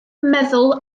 meddwl